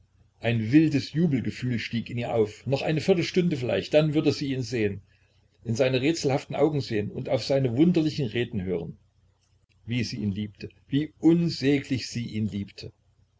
ein wildes jubelgefühl stieg in ihr auf noch eine viertelstunde vielleicht dann würde sie ihn sehen in seine rätselhaften augen sehen und auf seine wunderlichen reden hören wie sie ihn liebte wie unsäglich sie ihn liebte